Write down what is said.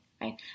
right